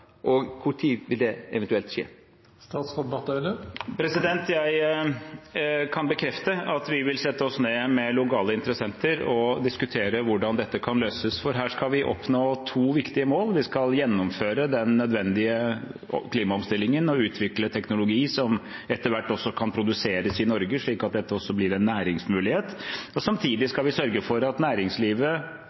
og kva tid vil det eventuelt skje? Jeg kan bekrefte at vi vil sette oss ned med lokale interessenter og diskutere hvordan dette kan løses, for her skal vi oppnå to viktige mål. Vi skal gjennomføre den nødvendige klimaomstillingen og utvikle teknologi som etter hvert kan produseres i Norge, slik at dette også blir en næringsmulighet. Samtidig skal vi sørge for at næringslivet